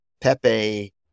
Pepe